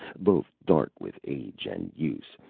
both dark with age and use,